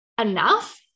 enough